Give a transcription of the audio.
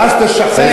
ואז תשחרר,